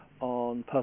on